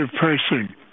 person